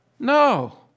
No